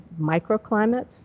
microclimates